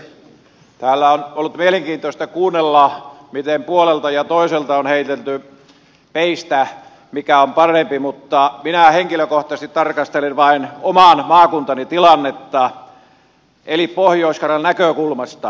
täällä on ollut mielenkiintoista kuunnella miten puolelta ja toiselta on heitelty peistä mikä on parempi mutta minä henkilökohtaisesti tarkastelen vain oman maakuntani tilannetta eli pohjois karjalan näkökulmasta